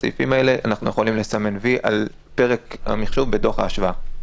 הסעיפים האלה נוכל לסמן "וי" על פרק המחשוב בדוח ההשוואה.